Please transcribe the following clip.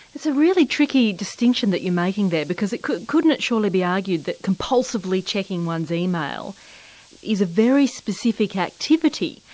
it's a really tricky distinction that you're making there, because couldn't couldn't it surely be argued that compulsively checking one's email is a very specific activity.